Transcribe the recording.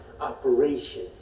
operation